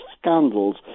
scandals